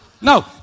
No